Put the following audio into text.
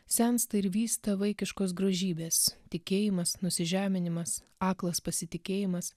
sensta ir vysta vaikiškos grožybės tikėjimas nusižeminimas aklas pasitikėjimas